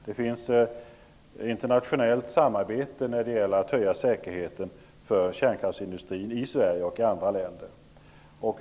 Det finns internationellt samarbete kring arbetet med att höja säkerheten för kärnkraftsindustrin i Sverige och i andra länder.